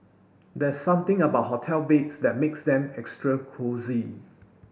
there's something about hotel beds that makes them extra cosy